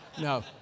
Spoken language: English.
no